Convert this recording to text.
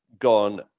gone